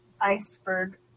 iceberg